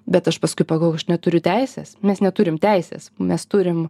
bet aš paskui aš neturiu teisės mes neturim teisės mes turim